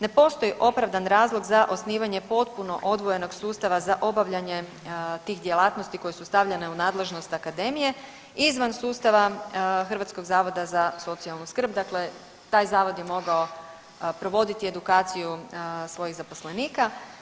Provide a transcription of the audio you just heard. Ne postoji opravdan razlog za osnivanje potpuno odvojenog sustava za obavljanje tih djelatnosti koje su stavljene u nadležnost Akademije, izvan sustava Hrvatskog zavoda za socijalnu skrb, dakle taj zavod je mogao provoditi edukaciju svojih zaposlenika.